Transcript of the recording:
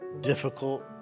difficult